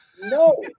No